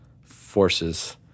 forces